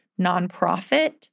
nonprofit